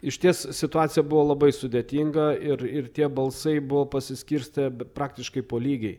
išties situacija buvo labai sudėtinga ir ir tie balsai buvo pasiskirstę praktiškai po lygiai